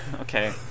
okay